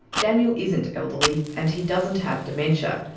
daniel isn't elderly, and he doesn't have dementia.